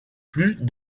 plus